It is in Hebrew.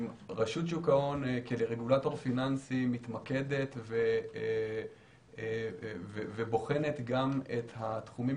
רשות שוק ההון כרגולטור פיננסי מתמקדת ובוחנת את התחומים